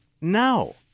No